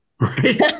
Right